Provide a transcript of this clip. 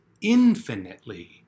infinitely